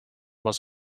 was